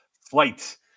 flight